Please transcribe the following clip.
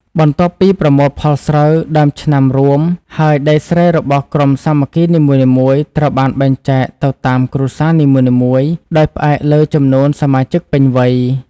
បន្ទាប់ពីប្រមូលផលស្រូវដើមឆ្នាំរួម ហើយដីស្រែរបស់ក្រុមសាមគ្គីនីមួយៗត្រូវបានបែងចែកទៅតាមគ្រួសារនីមួយៗ ដោយផ្អែកលើចំនួនសមាជិកពេញវ័យ។